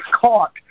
caught